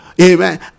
amen